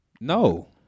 No